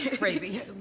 crazy